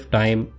time